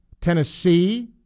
Tennessee